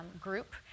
group